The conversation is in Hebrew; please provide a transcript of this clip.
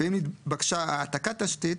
ואם נתבקשה העתקת תשתית,